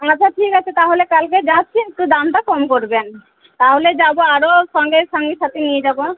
আচ্ছা ঠিক আছে তাহলে কালকে যাচ্ছি একটু দামটা কম করবেন তাহলে যাব আরও সঙ্গে সঙ্গী সাথি নিয়ে যাব